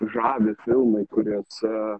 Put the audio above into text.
žavi filmai kuriuose